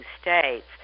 states